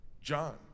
John